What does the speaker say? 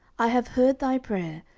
i have heard thy prayer,